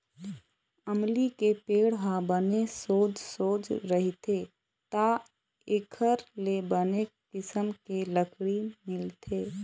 अमली के पेड़ ह बने सोझ सोझ रहिथे त एखर ले बने किसम के लकड़ी मिलथे